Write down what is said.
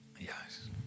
Yes